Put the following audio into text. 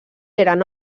eren